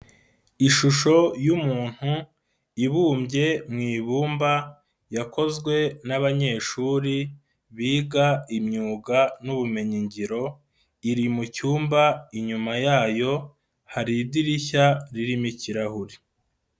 Ishusho y'umuntu ibumbye mu ibumba yakozwe n'abanyeshuri biga imyuga n'ubumenyi ngiro iri mu cyumba, inyuma yayo hari idirishya ririmo ikirahure.